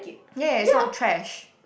ya it's not trash